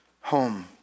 home